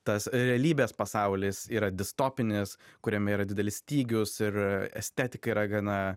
tas realybės pasaulis yra distopinis kuriame yra didelis stygius ir estetika yra gana